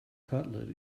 cutlet